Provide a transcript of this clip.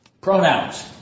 Pronouns